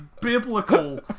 biblical